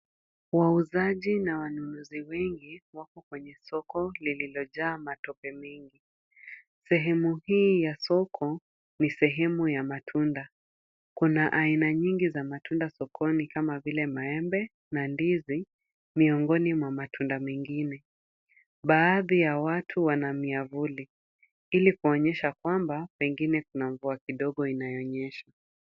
Wauzaji na wanunuzi wengi wako kwenye soko lililojaa matope mingi. Sehemu hii ya soko ni sehemu ya matunda. Kuna aina nyingi za matunda sokoni kama vile maembe na ndizi miongoni mwa matunda mengine. Baadhi ya watu wana miavuli ili kuonyesha kwamba pengine kuna mvua kidogo inayonyesha.